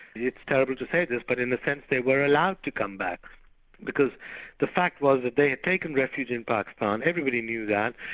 it's terrible to say this, but in effect they were allowed to come back because the fact was that they had taken refuge in pakistan, everybody knew that,